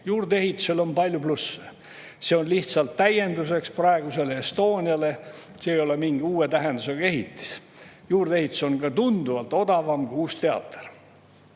juurdeehitusel on palju plusse. See on lihtsalt täiendus praegusele Estoniale, see ei ole mingi uue tähendusega ehitis. Juurdeehitus on ka tunduvalt odavam kui uus teater.